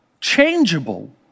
changeable